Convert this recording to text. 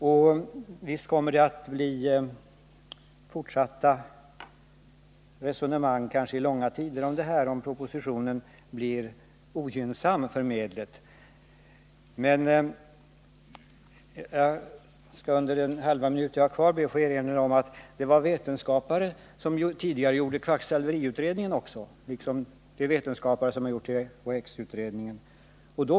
Naturligtvis kommer det att bli fortsatta resonemang om det här, kanske i långa tider, om propositionen blir ogynnsam för medlet. Men jag skall under den halva minut som jag har kvar av min taletid be att få erinra om att det var vetenskapare som tidigare gjorde kvacksalveriutredningen — liksom det är vetenskapare som har gjort THX-utredningen.